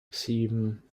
sieben